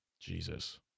jesus